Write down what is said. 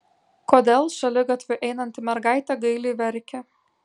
kodėl šaligatviu einanti mergaitė gailiai verkia